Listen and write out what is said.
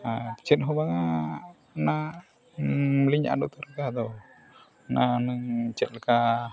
ᱟᱨ ᱪᱮᱫᱦᱚᱸ ᱵᱟᱝᱟ ᱚᱱᱟᱞᱤᱧ ᱟᱫ ᱩᱛᱟᱹᱨ ᱟᱠᱟᱫ ᱫᱚ ᱚᱱᱟ ᱦᱩᱱᱟᱹᱝ ᱪᱮᱫ ᱞᱮᱠᱟ